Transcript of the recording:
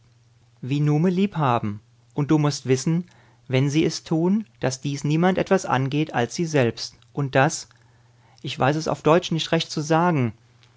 wie nume lieb haben und du mußt wissen wenn sie es tun daß dies niemand etwas angeht als sie selbst und daß ich weiß es auf deutsch nicht recht zu sagen